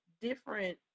different